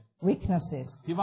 weaknesses